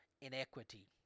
inequity